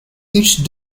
each